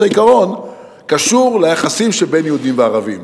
העיקרון קשור ליחסים שבין יהודים לערבים.